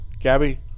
Gabby